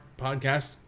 podcast